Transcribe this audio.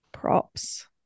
props